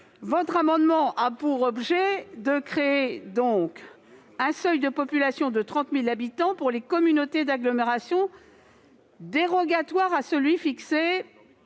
Votre amendement a pour objet de créer un seuil de population de 30 000 habitants pour les communautés d'agglomération dérogatoire à celui qui